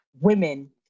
women